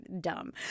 dumb